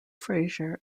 fraser